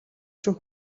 шүү